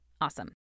Awesome